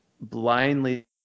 blindly